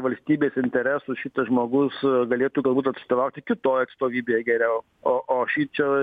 valstybės interesų šitas žmogus galėtų galbūt atstovauti kitoj atstovybėje geriau o o šičia